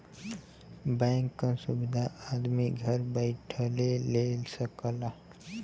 bank क सुविधा आदमी घर बैइठले ले सकला